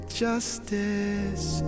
justice